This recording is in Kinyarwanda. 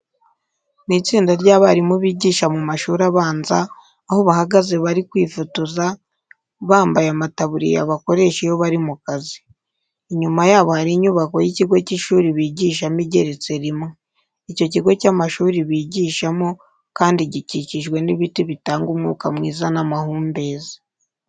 Ni itsinda ry'abarimu bigisha mu mashuri abanza, aho bahagaze bari kwifotoza, bambaye amataburiya bakoresha iyo bari mu kazi. Inyuma yabo hari inyubako y'ikigo cy'amashuri bigishamo igeretse rimwe. Icyo kigo cy'amashuri bigishamo kandi gikikijwe n'ibiti bitanga umwuka mwiza n'amahumbezi.